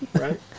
Right